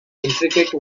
intricate